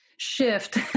Shift